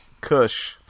Kush